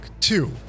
two